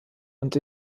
und